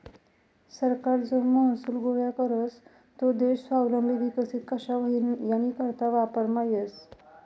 सरकार जो महसूल गोया करस तो देश स्वावलंबी विकसित कशा व्हई यानीकरता वापरमा येस